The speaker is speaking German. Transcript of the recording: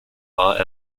war